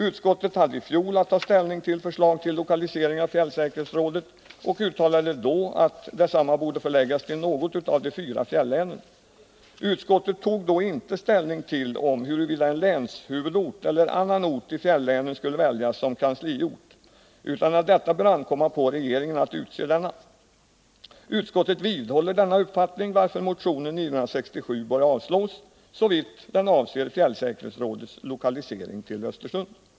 Utskottet hade i fjol att ta ställning till förslag till lokalisering av fjällsäkerhetsrådet och uttalade då att detsamma borde förläggas till något av de fyra fjällänen. Utskottet tog då inte ställning till frågan huruvida en länshuvudort eller en annan ort i fjällänen skulle väljas som kansliort, utan ansåg att det bör ankomma på regeringen att utse denna. Utskottet vidhåller den uppfattningen, varför motion 967 bör avslås, såvitt den avser fjällsäkerhetsrådets lokalisering till Östersund.